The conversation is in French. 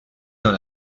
dans